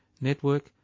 Network